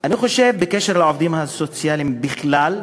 אני חושב, בעניין העובדים הסוציאליים בכלל,